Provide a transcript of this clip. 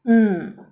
mm